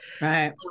Right